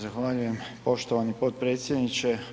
Zahvaljujem poštovani potpredsjedniče.